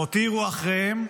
הם הותירו אחריהם